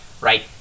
right